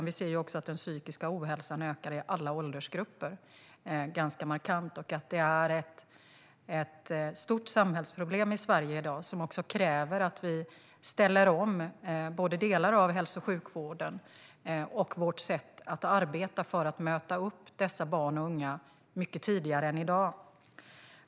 Vi ser att den psykiska ohälsan ökar, ganska markant, i alla åldersgrupper och att det i dag är ett stort samhällsproblem i Sverige. Det kräver att vi ställer om både delar av hälso och sjukvården och vårt sätt att arbeta för att möta dessa barn och unga mycket tidigare än i dag.